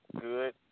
good